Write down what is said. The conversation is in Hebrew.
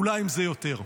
אולי עם זה יותר: